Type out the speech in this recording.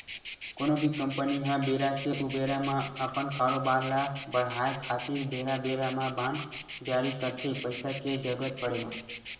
कोनो भी कंपनी ह बेरा के ऊबेरा म अपन कारोबार ल बड़हाय खातिर बेरा बेरा म बांड जारी करथे पइसा के जरुरत पड़े म